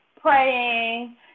praying